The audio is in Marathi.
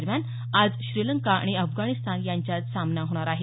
दरम्यान आज श्रीलंका आणि अफगाणिस्तान यांच्यात सामना होणार आहे